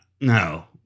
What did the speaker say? no